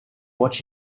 watch